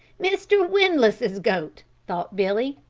mr. windlass's goat, thought billy.